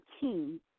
team